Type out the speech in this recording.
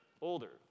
older